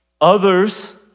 Others